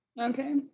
Okay